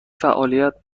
فعالیت